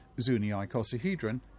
Zuni-Icosahedron